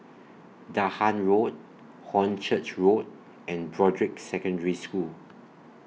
Dahan Road Hornchurch Road and Broadrick Secondary School